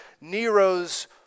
Nero's